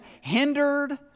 hindered